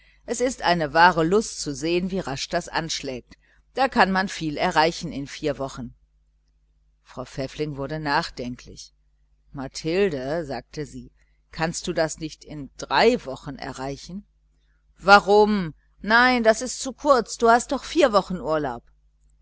es ist eine wahre lust zu sehen wie rasch das anschlägt da kann man viel erreichen in vier wochen frau pfäffling wurde nachdenklich mathilde sagte sie kannst du das nicht in drei wochen erreichen warum nein das ist zu kurz du hast doch vier wochen urlaub